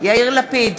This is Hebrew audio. יאיר לפיד,